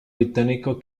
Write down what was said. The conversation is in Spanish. británico